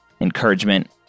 encouragement